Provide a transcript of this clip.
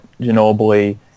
Ginobili